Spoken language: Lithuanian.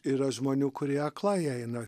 yra žmonių kurie aklai eina